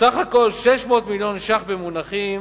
סך הכול: 600 מיליון שקלים במונחים